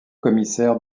commissaire